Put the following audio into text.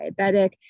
Diabetic